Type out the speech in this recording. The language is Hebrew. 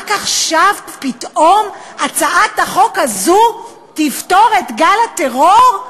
רק עכשיו פתאום הצעת חוק הזו תפתור את גל הטרור?